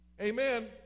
Amen